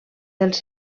dels